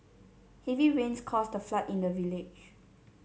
heavy rains caused a flood in the village